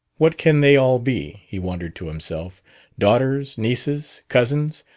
what can they all be? he wondered to himself daughters, nieces, cousins,